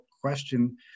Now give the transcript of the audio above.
question